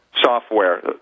software